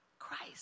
Christ